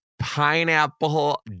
Pineapple